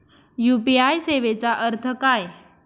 UPI सेवेचा अर्थ काय?